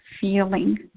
feeling